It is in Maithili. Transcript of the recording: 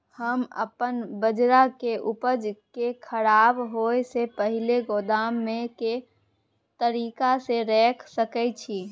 हम अपन बाजरा के उपज के खराब होय से पहिले गोदाम में के तरीका से रैख सके छी?